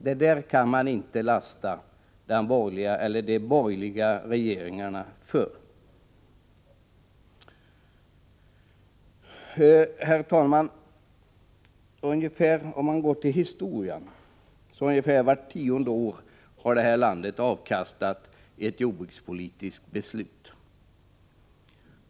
Detta kan man inte lasta de borgerliga regeringarna för. Herr talman! Om man ser tillbaka på historien finner man att vi ungefär vart tionde år i detta land fått ett jordbrukspolitiskt beslut.